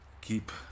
Keep